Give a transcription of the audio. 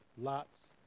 Lot's